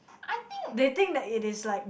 I think